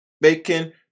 Bacon